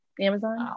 amazon